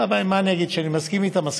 מה אני אגיד, שאני מסכים איתם?